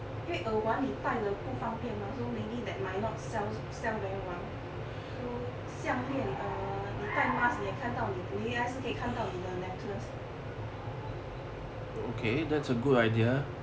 因为耳环你带了不方便吗 so maybe that might not sells sell very well so 项链 err 你带 mask 你也看到你还是可以看到你的 necklace